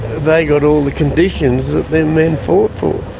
they got all the conditions that them men fought for.